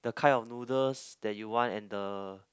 the kind of noodles that you want and the